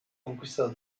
conquistato